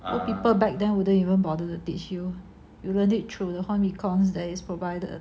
people back them wouldn't even bother to teach you you learn it through the home econs that is provided